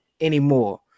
anymore